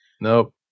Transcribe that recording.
Nope